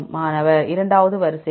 மாணவர் இரண்டாவது வரிசைகள்